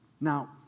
Now